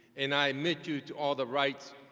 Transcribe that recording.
and i admit you to all the rights,